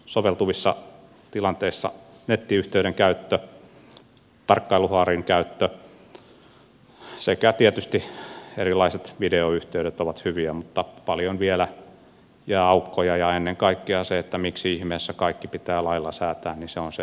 soveltuvissa tilanteissa nettiyhteyden käyttö tarkkailuhaalarin käyttö sekä tietysti erilaiset videoyhteydet ovat hyviä mutta paljon vielä jää aukkoja ja ennen kaikkea se miksi ihmeessä kaikki pitää lailla säätää on se suurin kysymys